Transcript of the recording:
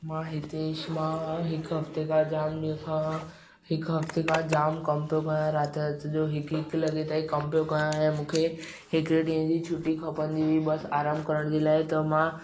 मां हितेश मां हिकु हफ़्ते खां जाम ॾींहं खां हिकु हफ़्ते खां जाम कमु पियो कया राति अचिजो हिकु हिकु लॻे ताईं कमु पियो कया ऐं मूंखे हिकु ॾींहुं जी छुटी खपंदी हुई बसि आरामु करण जे लाइ त मां